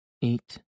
Eat